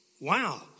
Wow